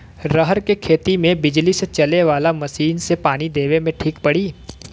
रहर के खेती मे बिजली से चले वाला मसीन से पानी देवे मे ठीक पड़ी?